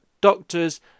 doctors